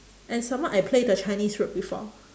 and some more I play the chinese route before